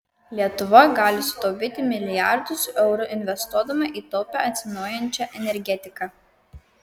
lietuva gali sutaupyti milijardus eurų investuodama į taupią atsinaujinančią energetiką